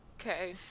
Okay